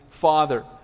Father